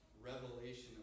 revelation